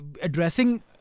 addressing